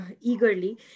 eagerly